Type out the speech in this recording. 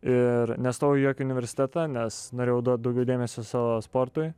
ir nestojau į jokį universitetą nes norėjau duot daugiau dėmesio savo sportui